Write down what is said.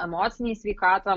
emocinei sveikatai